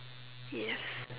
yes